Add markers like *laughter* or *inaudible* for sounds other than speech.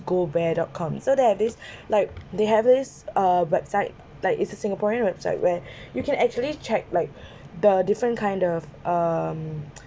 gobear dot com so that like this *breath* like they have this uh website like is a singaporean website where *breath* you can actually check like *breath* the different kind of um *noise*